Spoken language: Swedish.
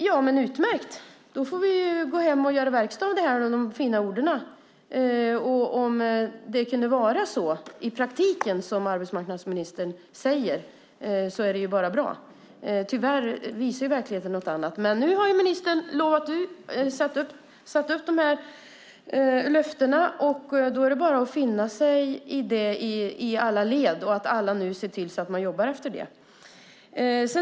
Ja, men utmärkt, då får vi gå hem och göra verkstad av de fina orden. Om det i praktiken kunde vara så som arbetsmarknadsministern säger vore det bara bra. Tyvärr visar verkligheten något annat. Men nu har ministern ställt upp de här löftena, och då är det bara att finna sig i dem i alla led så att alla nu ser till att man jobbar efter dem.